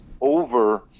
over